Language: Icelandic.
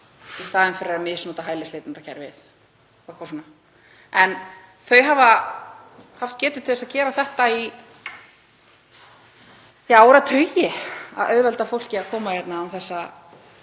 í staðinn fyrir að misnota hælisleitendakerfið. En þau hafa haft getu til þess að gera þetta í áratugi, að auðvelda fólki að koma hingað án þess